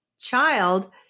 child